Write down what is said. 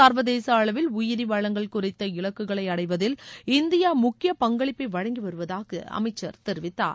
சா்வதேச அளவில் உயிரி வளங்கள் குறித்த இலக்குகளை அடைவதில் இந்தியா முக்கிய பங்களிப்பை வழங்கி வருவதாக அமைச்சர் தெரிவித்தார்